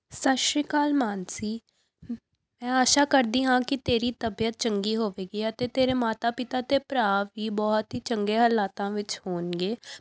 ਸਤਿ ਸ਼੍ਰੀ ਅਕਾਲ ਮਾਨਸੀ ਮੈਂ ਆਸ਼ਾ ਕਰਦੀ ਹਾਂ ਕਿ ਤੇਰੀ ਤਬੀਅਤ ਚੰਗੀ ਹੋਵੇਗੀ ਅਤੇ ਤੇਰੇ ਮਾਤਾ ਪਿਤਾ ਅਤੇ ਭਰਾ ਵੀ ਬਹੁਤ ਹੀ ਚੰਗੇ ਹਾਲਾਤਾਂ ਵਿੱਚ ਹੋਣਗੇ